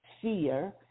fear